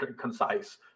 concise